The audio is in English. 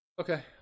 Okay